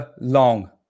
long